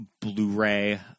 Blu-ray